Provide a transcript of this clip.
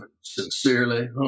Sincerely